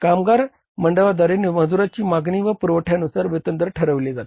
कामगार मंडळाद्वारे मजुराच्या मागणी व पुरवठ्यानुसार वेतन दर ठरवले जाते